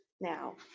now